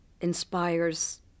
inspires